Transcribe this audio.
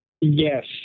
Yes